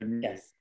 yes